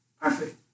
Perfect